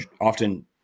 often